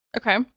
Okay